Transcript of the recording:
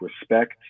respect